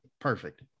perfect